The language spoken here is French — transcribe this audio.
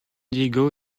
diego